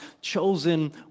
chosen